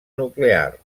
nuclear